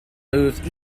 moved